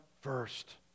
first